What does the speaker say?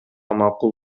макул